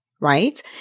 Right